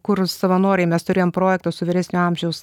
kur savanoriai mes turėjom projektą su vyresnio amžiaus